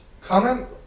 Comment